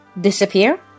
Disappear